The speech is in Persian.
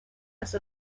است